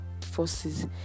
forces